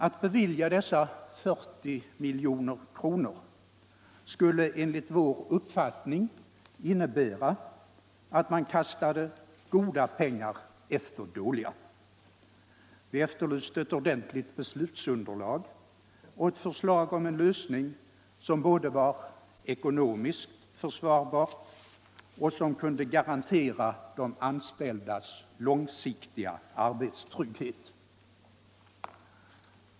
Att bevilja dessa 40 milj.kr. skulle enligt vår uppfattning innebära att man kastade goda pengar efter dåliga. Vi efterlyste ett ordentligt beslutsunderlag och ett förslag om en lösning som både var ekonomiskt försvarbar och kunde garantera de anställdas långsiktiga arbetstrygghet.